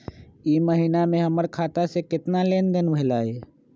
ई महीना में हमर खाता से केतना लेनदेन भेलइ?